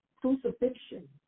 crucifixion